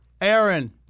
Aaron